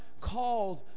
called